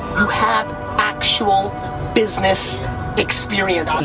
you have actual business experience.